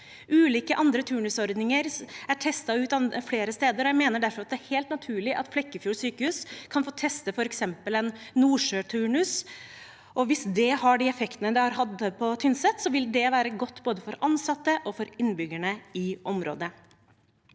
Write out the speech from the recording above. Ulike andre turnusordninger er testet ut flere steder, og jeg mener derfor at det er helt naturlig at Flekkefjord sykehus kan få teste f.eks. en nordsjøturnus. Hvis det har de effektene det hadde på Tynset, vil det være godt, både for ansatte og for innbyggerne i området.